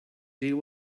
deal